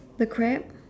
the crab